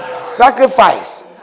Sacrifice